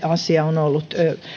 asia on ollut